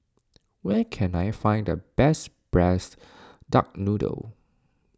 where can I find the best Braised Duck Noodle